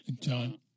john